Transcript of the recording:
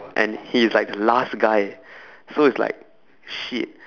and he is like last guy so is like shit